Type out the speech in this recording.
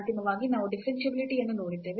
ಅಂತಿಮವಾಗಿ ನಾವು ಡಿಫರೆನ್ಷಿಯಾಬಿಲಿಟಿ ಯನ್ನು ನೋಡಿದ್ದೇವೆ